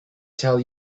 tell